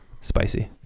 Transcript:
Spicy